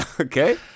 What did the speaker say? Okay